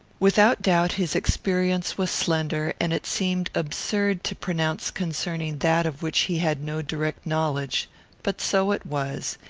without doubt his experience was slender, and it seemed absurd to pronounce concerning that of which he had no direct knowledge but so it was,